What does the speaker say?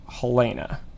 Helena